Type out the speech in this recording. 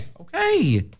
Okay